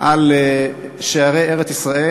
על שערי ארץ-ישראל,